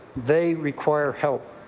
they require help.